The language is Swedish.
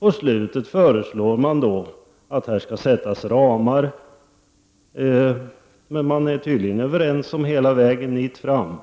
På slutet föreslår man att det skall sättas ramar, och man är tydligen överens hela vägen dit fram.